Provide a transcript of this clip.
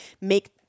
make